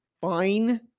Fine